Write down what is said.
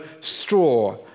straw